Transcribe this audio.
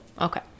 Okay